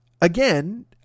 again